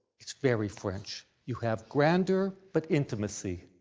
it's very french, you have grandeur, but intimacy.